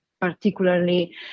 particularly